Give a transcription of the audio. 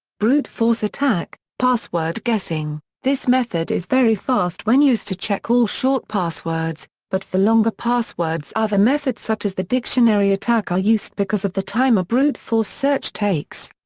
brute force attack password guessing, this method is very fast when used to check all short passwords, but for longer passwords other methods such as the dictionary attack are used because of the time a brute-force search takes.